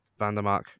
Vandermark